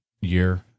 year